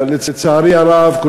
לצערי הרב חושבים,